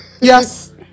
Yes